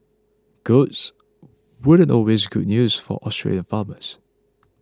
goats weren't always good news for Australian farmers